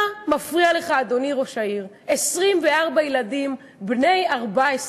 מה מפריע לך, אדוני ראש העיר, 24 ילדים בני 14,